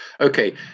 Okay